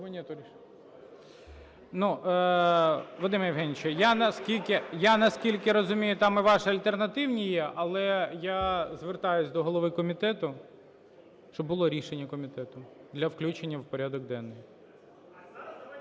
Вадим Євгенович, я, наскільки розумію, там і ваші альтернативні є. Але я звертаюся до голови комітету, щоб було рішення комітету для включення в порядок денний.